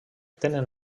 tenen